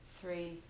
Three